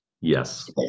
Yes